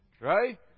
Right